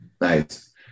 nice